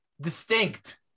Distinct